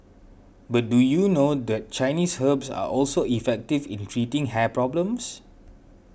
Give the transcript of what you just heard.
but do you know that Chinese herbs are also effective in treating hair problems